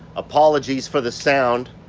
apologies for the sound